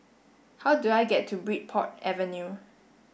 how do I get to Bridport Avenue